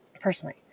personally